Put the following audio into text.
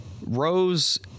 Rose